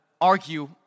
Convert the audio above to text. argue